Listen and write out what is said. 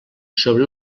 sobre